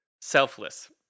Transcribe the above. Selfless